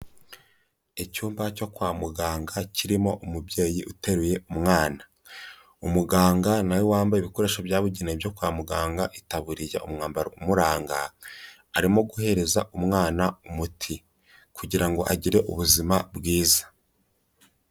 Icyumba cyo kwa muganga kirimo umubyeyi uteruye umwana, umuganga na we wambaye ibikoresho byabugenewe byo kwa muganga, itaburiya umwambaro umuranga, arimo guhereza umwana umuti, kugira ngo agire ubuzima bwiza.